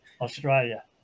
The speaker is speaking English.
Australia